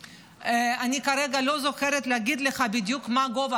אני כרגע לא זוכרת להגיד לך בדיוק מה גובה